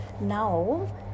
Now